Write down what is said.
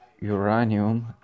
uranium